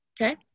okay